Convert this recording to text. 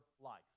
life